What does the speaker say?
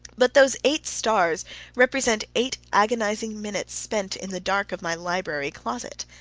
but those eight stars represent eight agonizing minutes spent in the dark of my library closet.